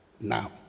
now